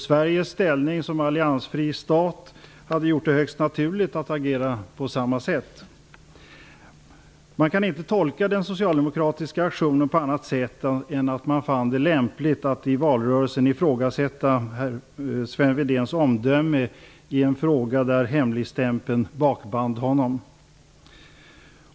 Sveriges ställning som alliansfri stat hade gjort det högst naturligt att agera på samma sätt. Man kan inte tolka den socialdemokratiska aktionen på annat sätt än att det befanns vara lämpligt att i valrörelsen ifrågasätta Sven Wedéns omdöme i en fråga där hemligstämpeln bakband honom.